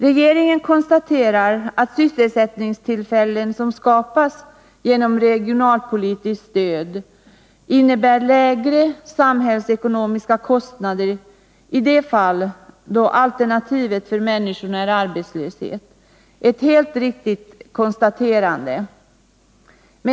Regeringen konstaterar att sysselsättningstillfällen som skapas genom regionalpolitiskt stöd innebär lägre samhällsekonomiska kostnader i de fall alternativet för människorna är arbetslöshet. Det är ett helt riktigt konstaterande.